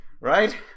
Right